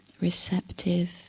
receptive